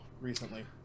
recently